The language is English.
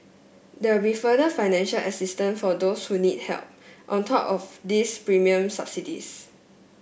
there will further financial assistance for those who need help on top of these premium subsidies